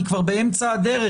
היא כבר באמצע הדרך,